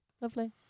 Lovely